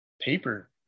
paper